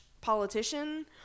politician